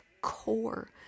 core